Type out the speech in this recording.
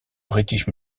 british